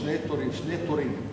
שני תורים,